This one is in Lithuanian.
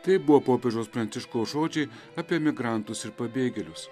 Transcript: tai buvo popiežiaus pranciškaus žodžiai apie migrantus ir pabėgėlius